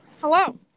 Hello